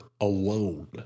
alone